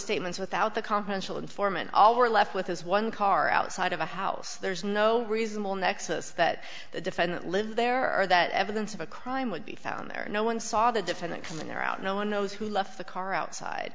statements without the confidential informant all we're left with is one car outside of a house there's no reasonable nexus that the defendant live there or that evidence of a crime would be found there no one saw the defendant coming there out no one knows who left the car outside